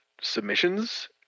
submissions